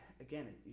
again